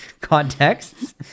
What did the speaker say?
contexts